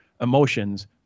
emotions